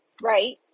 right